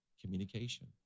communication